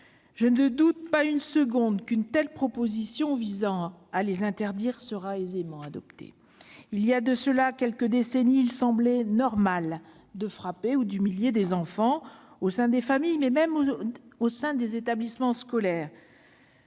Je ne doute pas une seconde qu'une telle proposition de loi visant à les interdire sera aisément adoptée. Il y a de cela quelques décennies, il semblait normal de frapper ou d'humilier des enfants au sein des familles ou des établissements scolaires.